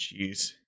Jeez